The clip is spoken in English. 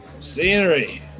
Scenery